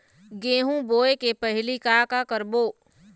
गेहूं बोए के पहेली का का करबो?